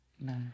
No